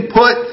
put